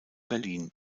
berlin